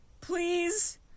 Please